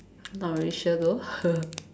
not really sure though